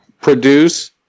produce